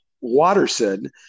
waterson